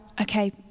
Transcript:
okay